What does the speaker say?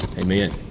Amen